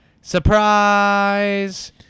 surprise